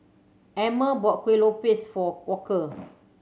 Emmer bought Kueh Lopes for Walker